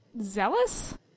Zealous